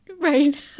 Right